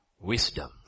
wisdom